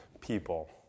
people